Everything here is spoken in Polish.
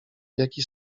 jaki